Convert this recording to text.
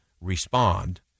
respond